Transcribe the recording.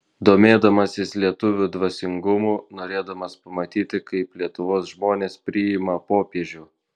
domėdamasis lietuvių dvasingumu norėdamas pamatyti kaip lietuvos žmonės priima popiežių